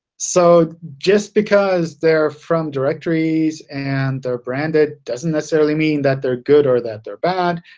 so just because they're from directories and they're branded doesn't necessarily mean that they're good or that they're bad.